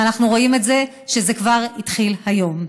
אנחנו רואים את זה, זה כבר התחיל היום.